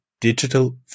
digital